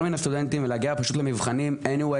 מיני סטודנטים להגיע למבחנים בכל מקרה,